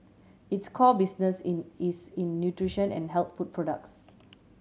its core business in is in nutrition and health food products